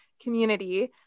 community